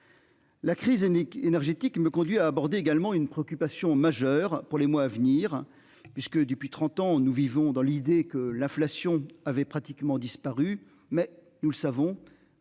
La crise unique énergétique me conduit à aborder également une préoccupation majeure pour les mois à venir puisque depuis 30 ans, nous vivons dans l'idée que l'inflation avait pratiquement disparu, mais nous le savons